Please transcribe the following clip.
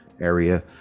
area